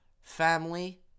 family